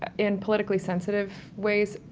ah in politically sensitive ways,